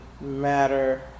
matter